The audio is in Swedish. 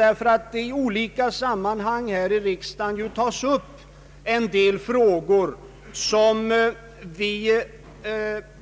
Här i riksdagen tas nämligen i olika sammanhang upp en del frågor som vi